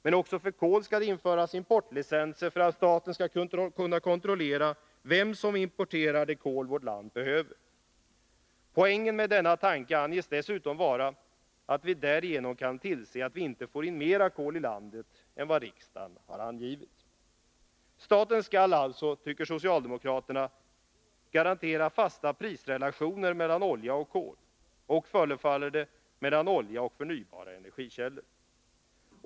Men också för kol skall det införas importlicenser för att staten skall kunna kontrollera vem som importerar det kol vårt land behöver. Poängen med denna tanke anges dessutom vara att vi därigenom kan tillse att vi inte får in mera kol i landet än vad riksdagen har angivit. Staten skall alltså, tycker socialdemokraterna, garantera fasta prisrelationer mellan olja och kol och, förefaller det, mellan olja och förnybara energikällor.